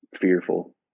fearful